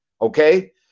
okay